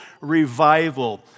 revival